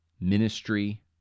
ministry